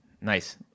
Nice